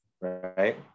Right